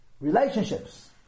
relationships